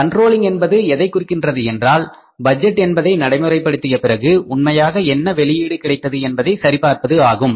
controlling என்பது எதைக் குறிக்கிறது என்றால் பட்ஜெட் என்பதை நடைமுறைப்படுத்திய பிறகு உண்மையாக என்ன வெளியீடு கிடைத்தது என்பதை சரி பார்ப்பது ஆகும்